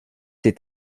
est